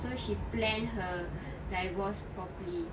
so she plan her divorce properly